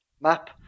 map